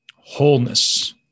wholeness